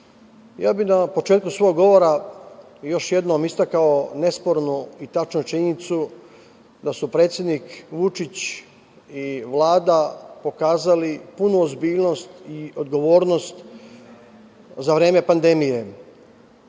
ja bih na početku svog govora još jednom istakao nespornu i tačnu činjenicu da su predsednik Vučić i Vlada pokazali punu ozbiljnost i odgovornost za vreme pandemije.